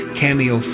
cameo